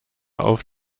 auf